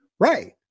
Right